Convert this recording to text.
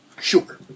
Sure